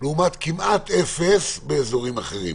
לעומת כמעט אפס באזורים אחרים?